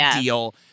deal